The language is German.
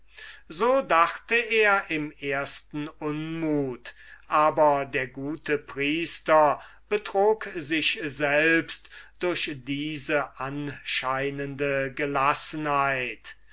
so dachte er im ersten unmut aber der gute priester betrog sich selbst durch diese anscheinende gelassenheit